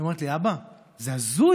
היא אומרת לי: אבא, זה הזוי.